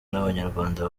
n’abanyarwanda